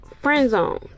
friend-zoned